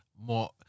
More